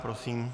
Prosím.